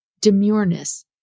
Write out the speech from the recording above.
demureness